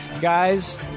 Guys